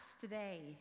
today